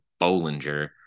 Bollinger